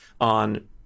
on